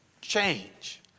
change